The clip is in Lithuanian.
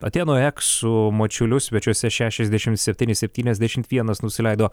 atėnų ajaks su mačiuliu svečiuose šešiasdešim septyni septyniasdešimt vienas nusileido